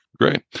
Great